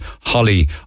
Holly